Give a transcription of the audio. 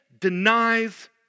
denies